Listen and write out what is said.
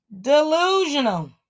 Delusional